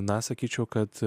na sakyčiau kad